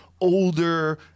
older